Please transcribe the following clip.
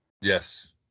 Yes